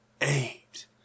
eight